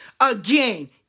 Again